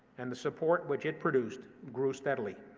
and the support which it produced grew steadily.